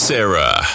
Sarah